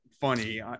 funny